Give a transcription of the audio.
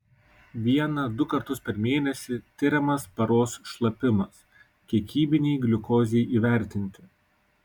vieną du kartus per mėnesį tiriamas paros šlapimas kiekybinei gliukozei įvertinti